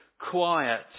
quiet